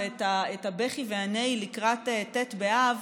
ואת הבכי והנהי לקראת תשעה באב,